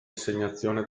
assegnazione